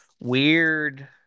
weird